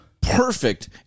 perfect